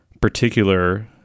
particular